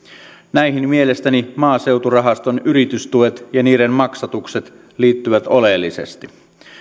näihin mielestäni maaseuturahaston yritystuet ja niiden maksatukset liittyvät oleellisesti